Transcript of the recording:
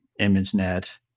ImageNet